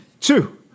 two